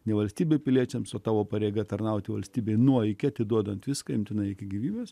ne valstybė piliečiams o tavo pareiga tarnauti valstybei nuo iki atiduodant viską imtinai iki gyvybės